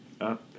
Up